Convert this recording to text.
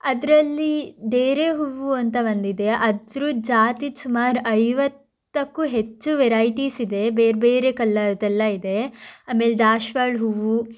ಅದರಲ್ಲಿ ಡೇರೆ ಹೂವು ಅಂತ ಒಂದಿದೆ ಅದರ ಜಾತಿದು ಸುಮಾರು ಐವತ್ತಕ್ಕೂ ಹೆಚ್ಚು ವೆರೈಟೀಸ್ ಇದೆ ಬೇರೆ ಬೇರೆ ಕಲರ್ದೆಲ್ಲ ಇದೆ ಆಮೇಲೆ ದಾಸವಾಳ ಹೂವು